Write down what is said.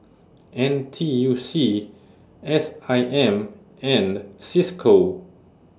N T U C S I M and CISCO